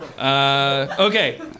Okay